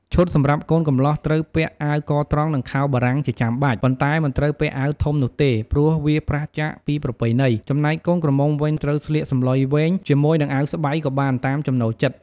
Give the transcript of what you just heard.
ឈុតសំរាប់កូនកំលោះ ត្រូវពាក់អាវកត្រង់និងខោបារាំងជាចាំបាច់ ប៉ុនែ្តមិនត្រូវពាក់អាវធំនោះទេ ព្រោះវាប្រាសចាកពីប្រពៃណី ចំណែកកូនក្រមុំវិញ ត្រូវស្លៀកសំឡុយវែង ជាមួយនឹងអាវស្បៃក៏បាន តាមចំណូលចិត្ត។